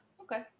okay